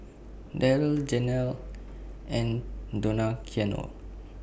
Darryle Janelle and Donaciano